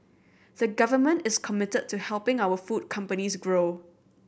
the government is committed to helping our food companies grow